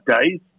days